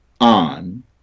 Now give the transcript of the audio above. on